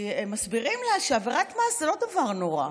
מסבירים לה שעבירת מס זה לא דבר נורא,